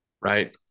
right